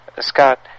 Scott